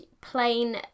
plain